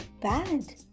bad